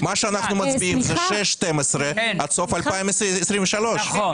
מה שאנחנו מצביעים זה 6-12 עד סוף 2023. נכון.